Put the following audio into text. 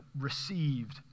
received